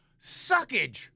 suckage